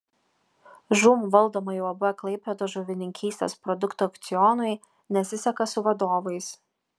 žūm valdomai uab klaipėdos žuvininkystės produktų aukcionui nesiseka su vadovais